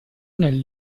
nel